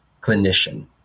clinician